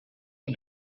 you